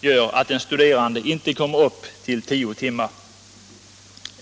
gör att den studerande inte kommer upp till tio timmar.